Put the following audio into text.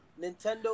Nintendo